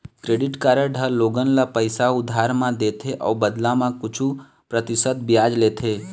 credit card ह लोगन ल पइसा उधार म देथे अउ बदला म कुछ परतिसत बियाज लेथे